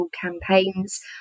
campaigns